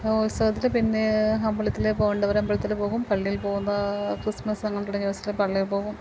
അപ്പോൾ ഉത്സവത്തിൽ പിന്നേ അമ്പലത്തിൽ പോകേണ്ടവർ അമ്പലത്തിൽ പോകും പള്ളിയിൽ പോകുമ്പം ക്രിസ്മസ് അങ്ങനെയുള്ള ദിവസത്തിൽ പള്ളിയിൽ പോകും